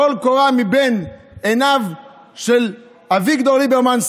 טול קורה מבין עיניו של אביגדור ליברמן,